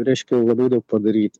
reiškia labai daug padaryti